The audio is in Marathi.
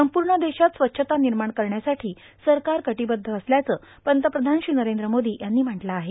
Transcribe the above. संपूण देशात स्वच्छता ानमाण करण्यासाठी सरकार र्काटबद्ध असल्याचं पंतप्रधान श्री नरद्र मोर्दो यांनी म्हटलं आहे